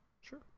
sure